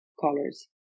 colors